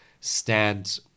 stand